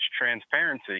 transparency